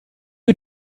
you